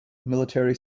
military